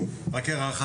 רק הערה אחת,